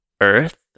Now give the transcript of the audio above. Earth